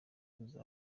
kubaza